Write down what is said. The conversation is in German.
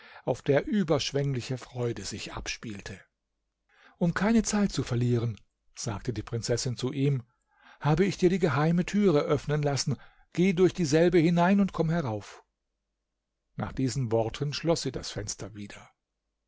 auf der überschwengliche freude sich abspielte um keine zeit zu verlieren sagte die prinzessin zu ihm habe ich dir die geheime türe öffnen lassen geh durch dieselbe hinein und komm herauf nach diesen worten schloß sie das fenster wieder